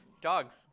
dogs